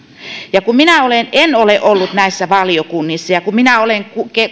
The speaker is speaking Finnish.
kun minä en ole ollut näissä valiokunnissa ja kun minä olen